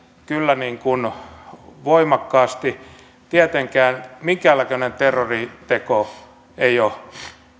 kyllä voimakkaasti tietenkään minkään näköinen terroriteko ei ole